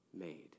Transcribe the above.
made